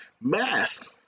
mask